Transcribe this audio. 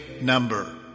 number